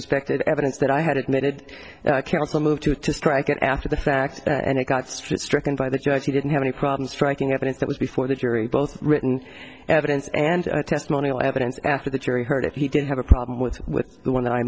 respected evidence that i had admitted counsel move to to strike after the fact and it got straight stricken by that you actually didn't have any problem striking evidence that was before the jury both written evidence and testimonial evidence after the jury heard it he didn't have a problem with with the one that i